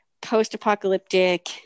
post-apocalyptic